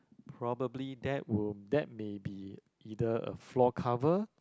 probably that will that may be either a floor cover